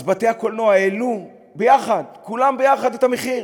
בתי-הקולנוע העלו, כולם יחד, את המחיר.